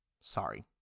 Sorry